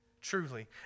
Truly